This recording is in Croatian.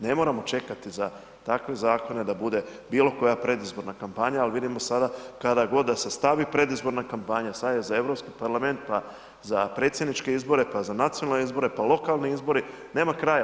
Ne moramo čekati za takve zakone da bude bilokoja predizborna kampanja ali vidimo sada kada god da se stavi predizborna kampanja, sad je za Europski parlament pa za Predsjedničke izbore pa za nacionalne izbore pa lokalni izbori, nema kraja.